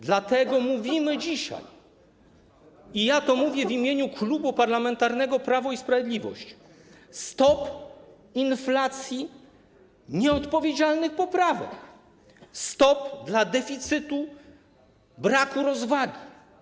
Dlatego mówimy dzisiaj i mówię to w imieniu Klubu Parlamentarnego Prawo i Sprawiedliwość: Stop dla inflacji nieodpowiedzialnych poprawek, stop dla deficytu i braku rozwagi.